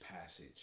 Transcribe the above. passage